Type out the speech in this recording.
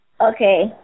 Okay